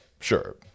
sure